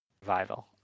revival